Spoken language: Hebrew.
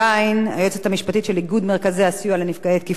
היועצת המשפטית של איגוד מרכזי הסיוע לנפגעי תקיפה מינית,